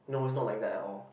no it's not like that at all